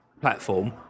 platform